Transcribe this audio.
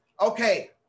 Okay